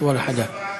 סמוטריץ, אתה קורא בתנ"ך?